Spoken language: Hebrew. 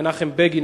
מנחם בגין,